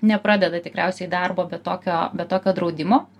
nepradeda tikriausiai darbo be tokio be tokio draudimo